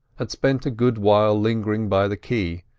had spent a good while lingering by the quay,